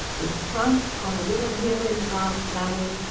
in front, on a little hill in the vast valley,